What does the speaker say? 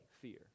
fear